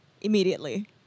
immediately